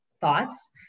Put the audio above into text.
thoughts